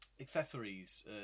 accessories